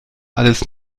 alles